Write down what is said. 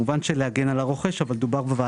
כמובן שהתכלית היא גם להגן על הרוכש וגם הרתעה.